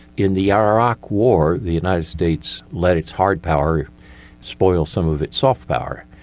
in the iraq war, the united states let its hard power spoil some of its soft power.